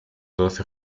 doce